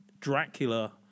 Dracula